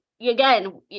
again